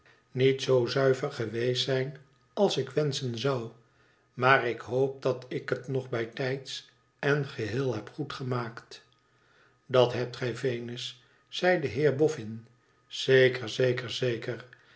niet zoo zuiver geweest zijn als ik wenschen zou maar ik hoop dat ik het nog bijtijds en geheel heb goedgemaakt dat hebt gij venus zei de heer boffin zeker zeker zeker